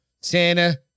Santa